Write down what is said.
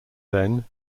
then